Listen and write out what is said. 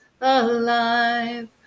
alive